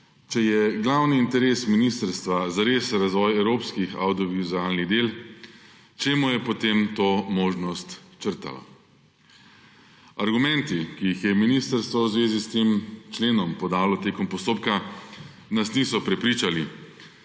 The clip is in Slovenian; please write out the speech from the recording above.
Če je glavni interes ministrstva zares razvoj evropskih avdiovizualnih del, čemu je potem to možnost črtala? Argumenti, ki jih je ministrstvo v zvezi s tem členom podalo tekom postopka, nas niso prepričali,